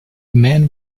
man